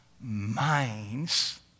minds